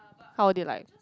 how were they like